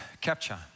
capture